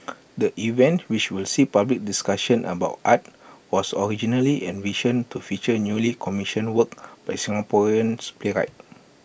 the event which will see public discussions about art was originally envisioned to feature newly commissioned works by Singaporeans playwrights